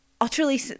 utterly